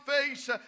face